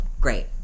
great